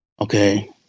okay